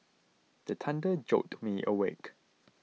the thunder jolt me awake